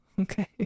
okay